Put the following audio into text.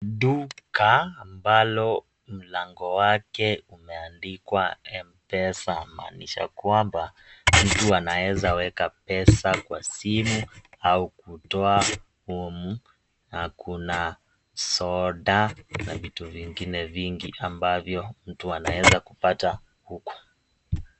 Duka ambalo mlango wake umeandikwa (cs)M-pesa(cs) kumaanisha kwamba mtu anaweza kuweka pesa kwa simu au kutoa humu na kuna soda na vitu vingine vingi ambavyo mtu anaweza kupata huku.